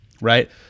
right